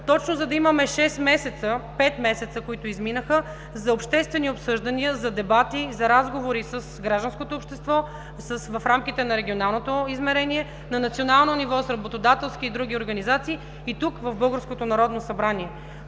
точно, за да имаме пет месеца, които изминаха за обществени обсъждания, за дебати, за разговори с гражданското общество в рамките на регионалното измерение, на национално ниво с работодателски и други организации и тук, в